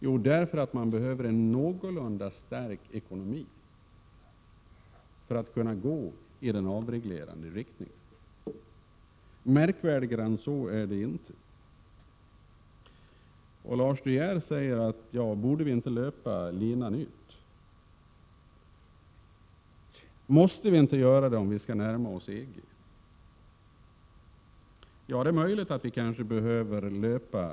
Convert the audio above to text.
Jo, därför att man behöver en någorlunda stark ekonomi för att kunna gå i en avreglerande riktning. Märkvärdigare än så är det inte. Lars De Geer frågar sig om vi inte borde löpa linan ut och om vi inte måste göra det, om vi skall närma oss EG. Det är möjligt att vi kanske behöver löpa — Prot.